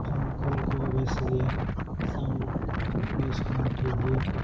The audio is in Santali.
ᱯᱷᱳᱱ ᱠᱚᱞ ᱠᱚᱦᱚᱸ ᱵᱮᱥ ᱜᱮ ᱥᱟᱣᱩᱱᱰ ᱵᱷᱚᱭᱮᱥ ᱠᱚᱦᱚᱸ ᱴᱷᱤᱠ ᱜᱮᱭᱟ